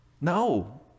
no